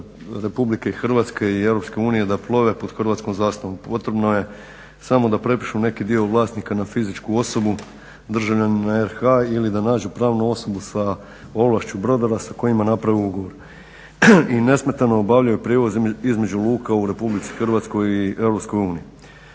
RH i Europske unije da plove pod hrvatskom zastavom. Potrebno je samo da prepišu neki dio vlasnika na fizičku osobu, državljanin RH ili da pronađu pravnu osobu sa ovlašću brodova sa kojima naprave ugovor i nesmetano obavljaju prijevoz između luka u RH i EU.